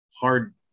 hard